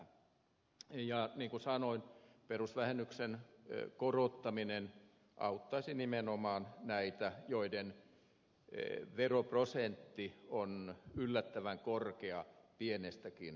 ja niin kuin sanoin perusvähennyksen korottaminen auttaisi nimenomaan näitä joiden veroprosentti on yllättävän korkea pienestäkin tulosta